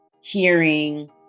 hearing